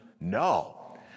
No